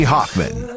Hoffman